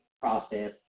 process